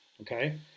okay